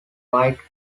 white